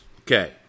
Okay